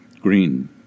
Green